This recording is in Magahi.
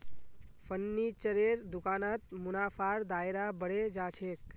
फर्नीचरेर दुकानत मुनाफार दायरा बढ़े जा छेक